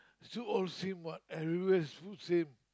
soup all same what everywhere soup same